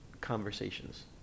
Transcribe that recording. conversations